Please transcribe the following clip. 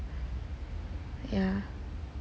yeah